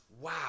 Wow